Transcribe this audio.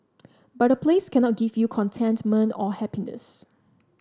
but a place cannot give you contentment or happiness